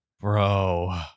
Bro